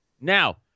Now